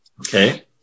Okay